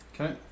Okay